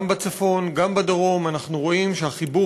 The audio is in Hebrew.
גם בצפון גם בדרום אנחנו רואים שהחיבור